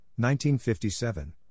1957